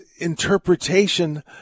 interpretation